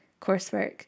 coursework